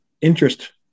interest